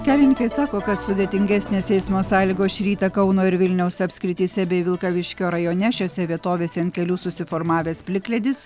kelininkai sako kad sudėtingesnės eismo sąlygos šį rytą kauno ir vilniaus apskrityse bei vilkaviškio rajone šiose vietovėse ant kelių susiformavęs plikledis